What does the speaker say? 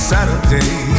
Saturday